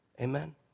Amen